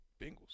Bengals